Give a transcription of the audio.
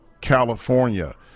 California